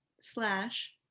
slash